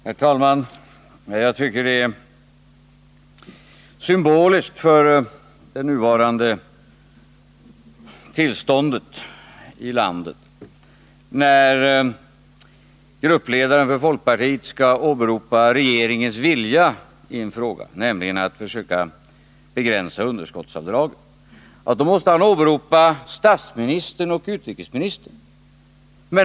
Herr talman! Jag tycker det är symboliskt för det nuvarande tillståndet i landet, att när gruppledaren för folkpartiet åberopar regeringens vilja i en fråga, nämligen beträffande en begränsning av underskottsavdragen, måste han hänvisa till statsministern och utrikesministern.